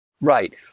Right